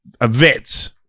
events